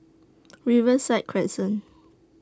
Riverside Crescent